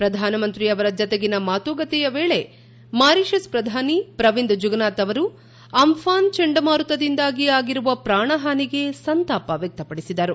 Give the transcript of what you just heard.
ಪ್ರಧಾನಮಂತ್ರಿಯವರ ಜತೆಗಿನ ಮಾತುಕತೆಯ ವೇಳೆ ಮಾರಿಷಸ್ ಪ್ರಧಾನಿ ಪ್ರವಿಂದ್ ಜುಗ್ನಾಥ್ ಅವರು ಅಂಥಾನ್ ಚಂಡಮಾರುತದಿಂದಾಗಿ ಆಗಿರುವ ಪ್ರಾಣಹಾನಿಗೆ ಸಂತಾಪ ವ್ಯಕ್ತಪಡಿಸಿದರು